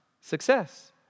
Success